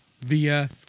via